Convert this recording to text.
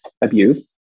abuse